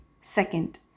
Second